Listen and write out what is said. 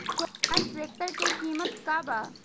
Swaraj tractor के किमत का बा?